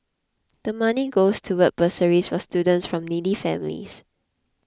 the money goes towards bursaries for students from needy families